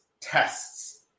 tests